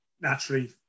Naturally